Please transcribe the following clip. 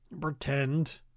Pretend